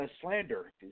Slander